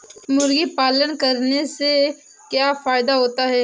मुर्गी पालन करने से क्या फायदा होता है?